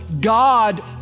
God